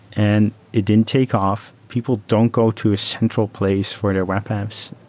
and it didn't take off. people don't go to a central place for their web apps.